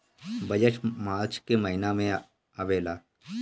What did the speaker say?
budget March के महिना में आवेला